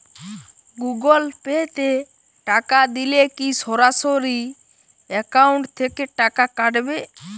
Google Pay তে টাকা দিলে কি সরাসরি অ্যাকাউন্ট থেকে টাকা কাটাবে?